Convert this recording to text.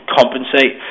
compensate